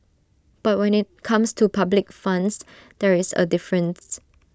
but when IT comes to public funds there is A difference